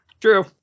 True